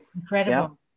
Incredible